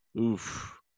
oof